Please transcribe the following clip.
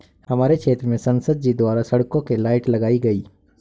हमारे क्षेत्र में संसद जी द्वारा सड़कों के लाइट लगाई गई